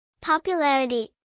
Popularity